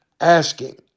asking